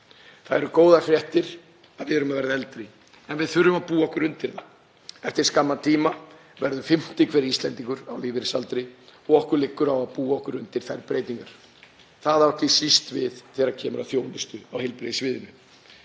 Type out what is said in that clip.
Það eru góðar fréttir að við erum að verða eldri en við þurfum að búa okkur undir það. Eftir skamman tíma verður fimmti hver Íslendingur á lífeyrisaldri og okkur liggur á að búa okkur undir þær breytingar. Það á ekki síst við þegar kemur að þjónustu á heilbrigðissviðinu.